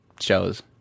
shows